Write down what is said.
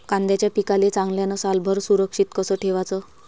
कांद्याच्या पिकाले चांगल्यानं सालभर सुरक्षित कस ठेवाचं?